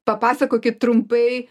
papasakokit trumpai